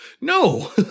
No